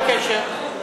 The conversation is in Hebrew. מה הקשר?